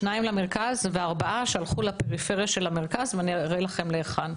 שניים למרכז וארבעה שהלכו לפריפריה של המרכז ואני אראה לכם להיכן.